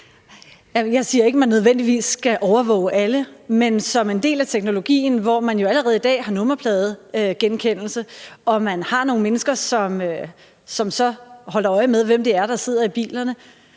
jeg siger ikke, at man nødvendigvis skal overvåge alle, men som en del af teknologien, hvor man jo allerede i dag har nummerpladegenkendelse og man har nogle mennesker, som så holder øje med, hvem det er, der sidder i bilerne,